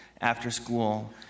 after-school